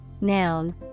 noun